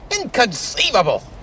inconceivable